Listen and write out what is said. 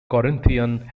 corinthian